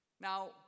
Now